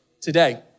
today